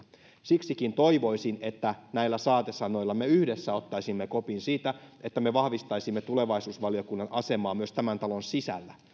siksikin toivoisin että näillä saatesanoilla me yhdessä ottaisimme kopin siitä että me vahvistaisimme tulevaisuusvaliokunnan asemaa myös tämän talon sisällä